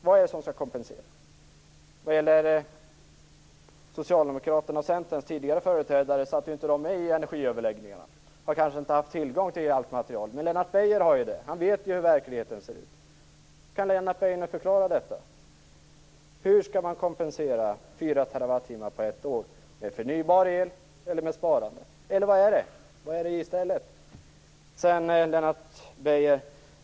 Vad är det som skall kompensera? Socialdemokraternas och Centerns tidigare företrädare satt inte med i energiöverläggningarna. De har kanske inte haft tillgång till allt material, men Lennart Beijer har det. Han vet hur verkligheten ser ut. Kan Lennart Beijer nu förklara detta? Hur skall man kompensera 4 TWh på ett år? Skall man göra det med förnybar el eller med sparande? Vad skall komma i stället? Lennart Beijer!